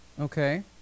okay